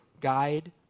guide